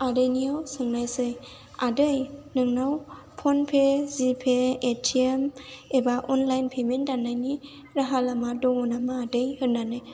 आदैनियाव सोंनायसै आदै नोंनाव PhonePe GPay ATM एबा अनलाइन पेमेन्ट दाननायनि राहालामा दङ नामा आदै होननानै